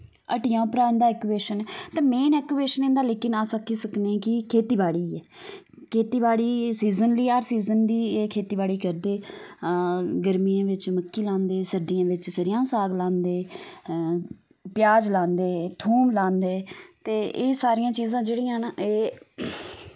हट्टियां उप्परा इंदा अक्कूएशन ऐ ते मेन अक्कूएशन इंदा लेकिन अस आक्खी सकने कि खेतीबाड़ी ऐ खेतीबाड़ी सीजनली हर सीजन दी एह् खेतीबाड़ी करदे गर्मियें बिच्च मक्की लांदे सर्दियां बिच्च सरेयां दा साग लांदे प्याज लांदे थोम लांदे ते एह् सारियां चीजां जेहड़ियां न एह्